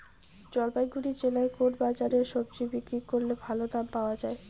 জলপাইগুড়ি জেলায় কোন বাজারে সবজি বিক্রি করলে ভালো দাম পাওয়া যায়?